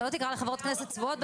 אתה לא תקרא לחברות כנסת צבועות,